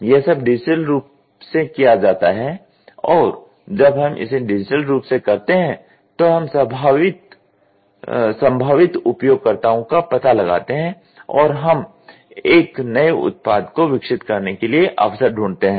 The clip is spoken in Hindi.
यह सब डिजिटल रूप से किया जाता है और जब हम इसे डिजिटल रूप से करते हैं तो हम संभावित उपयोगकर्ताओं का पता लगाते हैं और हम एक नए उत्पाद को विकसित करने के लिए अवसर ढूंढते हैं